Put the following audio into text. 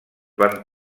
van